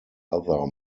other